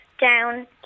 down